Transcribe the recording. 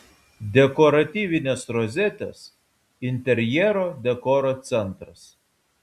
dekoratyvinės rozetės interjero dekoro centras